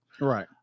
right